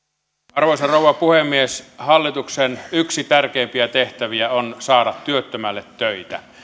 arvoisa rouva puhemies hallituksen yksi tärkeimpiä tehtäviä on saada työttömälle töitä